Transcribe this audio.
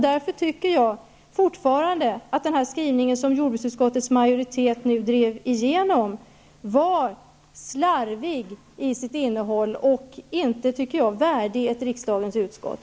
Därför anser jag fortfarande att den skrivning som jordbruksutskottets majoritet drev igenom är slarvig till sitt innehåll och inte värdig ett riksdagens utskott.